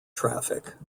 traffic